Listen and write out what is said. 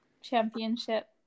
Championship